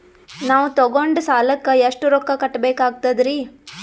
ನಾವು ತೊಗೊಂಡ ಸಾಲಕ್ಕ ಎಷ್ಟು ರೊಕ್ಕ ಕಟ್ಟಬೇಕಾಗ್ತದ್ರೀ?